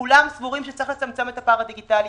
כולם סבורים שצריך לצמצם את הפער הדיגיטלי,